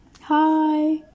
Hi